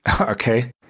Okay